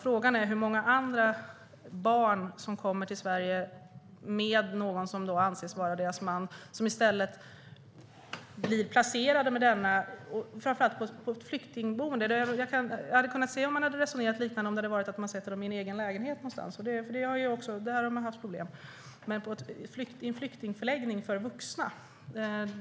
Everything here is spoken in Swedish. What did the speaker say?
Frågan är hur många andra barn som kommer till Sverige med någon som anses vara deras man som blir placerade tillsammans med denna, framför allt på ett flyktingboende. Jag hade kunnat förstå om man hade resonerat på liknande sätt om de hade placerats i en egen lägenhet någonstans - där har man också haft problem - men inte på en flyktingförläggning för vuxna.